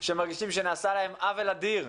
שמרגישים שנעשה להם עוול אדיר.